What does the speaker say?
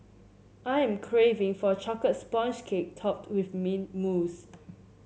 I am craving for a chocolate sponge cake topped with mint mousse